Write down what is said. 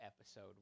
episode